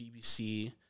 BBC